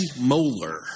molar